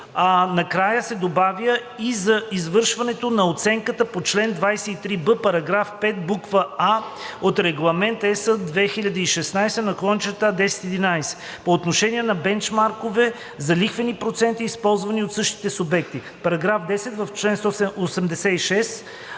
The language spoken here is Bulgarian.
а накрая се добавя „и за извършването на оценката по чл. 23б, параграф 5, буква „а“ от Регламент (ЕС) 2016/1011 по отношение на бенчмаркове за лихвени проценти, използвани от същите субекти.“ § 10. В чл. 186